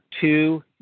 two